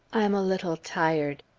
i am a little tired.